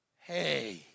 hey